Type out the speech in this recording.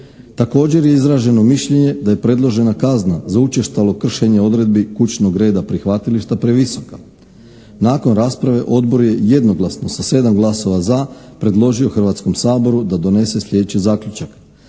Također je izraženo mišljenje da je predložena kazna za učestalo kršenje odredbi kućnog reda prihvatilišta previsoka. Nakon rasprave Odbor je jednoglasno sa 7 glasova za predložio Hrvatskom saboru da donese sljedeći zaključak: